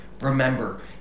Remember